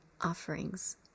offerings